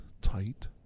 tight